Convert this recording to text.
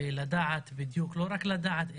ולדעת בדיוק לא רק לדעת,